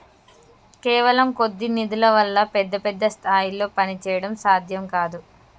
కేవలం కొద్ది నిధుల వల్ల పెద్ద పెద్ద స్థాయిల్లో పనిచేయడం సాధ్యం కాదు